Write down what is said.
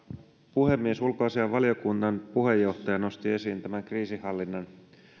puhemies ulkoasiainvaliokunnan puheenjohtaja nosti esiin tämän kriisinhallinnan